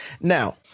Now